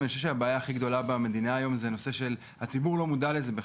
אני חושב שהבעיה הכי גדולה במדינה היום זה שהציבור לא מודע לזה בכלל.